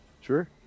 Sure